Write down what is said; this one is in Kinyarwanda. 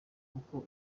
kuko